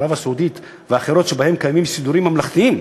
ערב-הסעודית ואחרות שבהן קיימים סידורים ממלכתיים